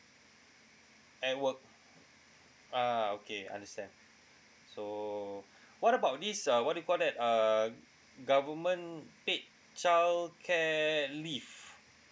at work uh okay understand so what about this uh what do you call that uh government paid childcare leave